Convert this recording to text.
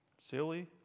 Silly